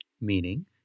meaning